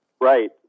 Right